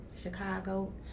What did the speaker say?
Chicago